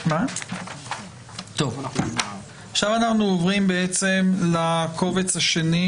אנחנו עוברים לקובץ השני,